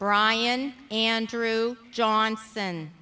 brian andrew johnson